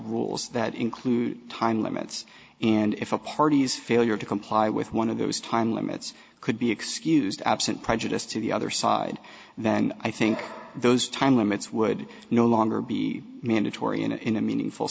rules that include time limits and if a party's failure to comply with one of those time limits could be excused absent prejudice to the other side then i think those time limits would no longer be mandatory and in a meaningful